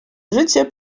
zycie